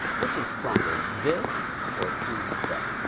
which is stronger, this or is the?